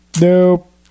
Nope